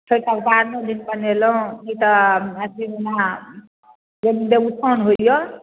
छठिके पारनो दिन बनेलहुँ ई तऽ अथी दिना जे दिन देवउठाउन होइए